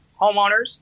homeowners